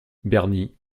bernie